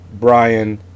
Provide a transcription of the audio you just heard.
Brian